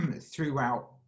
throughout